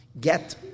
get